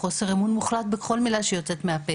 חוסר אמון מוחלט בכל מילה שיוצאת מ פה.